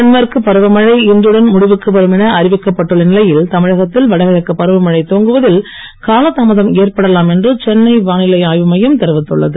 தென்மேற்கு பருவமழை இன்றுடன் முடிவுக்கு வரும் என அறிவிக்கப்பட்டு உள்ள நிலையில் தமிழகத்தில் வடகிழக்கு பருவமழை துவங்குவதில் காலதாமதம் ஏற்படலாம் என்று சென்னை வானிலை ஆய்வுமையம் தெரிவித்துள்ளது